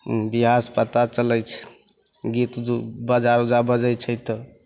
हम बिआहसे पता चलै छै गीत दुइ बजाउजा बजै छै तऽ